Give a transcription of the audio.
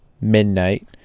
midnight